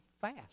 fast